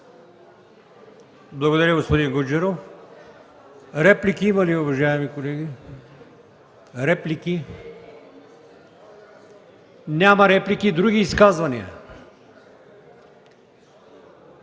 Благодаря, господин Гуджеров. Реплики има ли, уважаеми колеги? Няма реплики. Други изказвания?